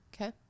Okay